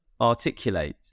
articulate